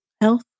health